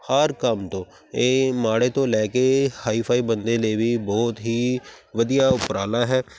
ਹਰ ਕੰਮ ਤੋਂ ਇਹ ਮਾੜੇ ਤੋਂ ਲੈ ਕੇ ਹਾਈਫਾਈ ਬੰਦੇ ਲਈ ਵੀ ਬਹੁਤ ਹੀ ਵਧੀਆ ਉਪਰਾਲਾ ਹੈ